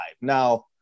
Now